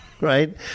Right